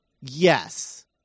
yes